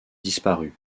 disparu